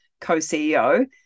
co-CEO